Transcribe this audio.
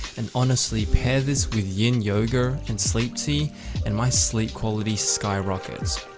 and honestly pair this with yin yoga, and sleep tea and my sleep quality skyrockets.